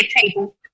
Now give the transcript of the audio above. table